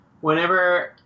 whenever